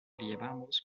llevamos